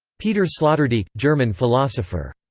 peter sloterdijk, german philosopher.